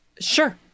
sure